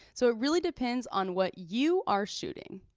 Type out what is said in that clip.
so it really depends on what you are shooting.